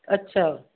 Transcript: अच्छा